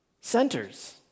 centers